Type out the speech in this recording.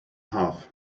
half